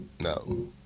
no